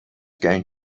going